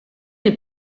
des